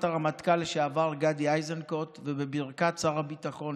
הרמטכ"ל לשעבר גדי איזנקוט ובברכת שר הביטחון,